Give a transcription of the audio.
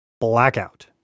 Blackout